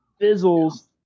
Fizzles